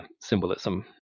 symbolism